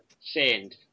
Send